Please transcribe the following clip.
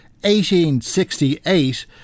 1868